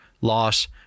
loss